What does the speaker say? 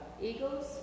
Eagles